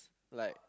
like